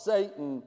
Satan